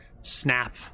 snap